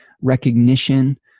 recognition